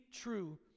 true